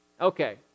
Okay